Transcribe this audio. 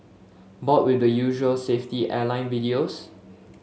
bored with the usual safety airline videos